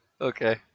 okay